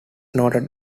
noted